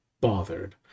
bothered